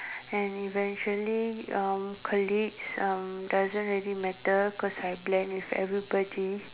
and eventually uh colleagues uh doesn't really matter because I blend with everybody